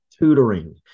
tutoring